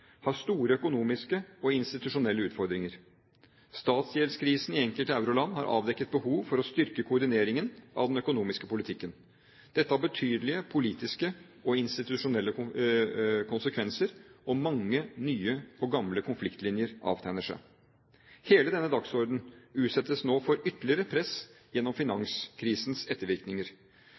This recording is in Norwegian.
har store økonomiske og institusjonelle utfordringer. Statsgjeldskrisen i enkelte euroland har avdekket behov for å styrke koordineringen av den økonomiske politikken. Dette har betydelige politiske og institusjonelle konsekvenser, og mange nye og gamle konfliktlinjer avtegner seg. Hele denne dagsordenen utsettes nå for ytterligere press gjennom finanskrisens ettervirkninger.